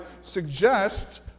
suggests